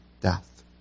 death